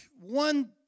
one